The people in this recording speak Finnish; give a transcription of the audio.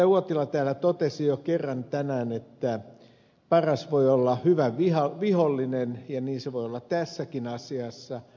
uotila täällä totesi jo kerran tänään että paras voi olla hyvän vihollinen ja niin se voi olla tässäkin asiassa